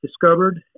discovered